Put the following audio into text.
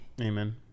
Amen